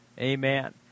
Amen